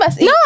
No